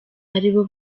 aribo